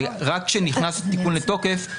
רק כאשר נכנס תיקון לתוקף,